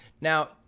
Now